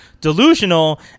delusional